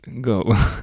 go